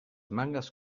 mangas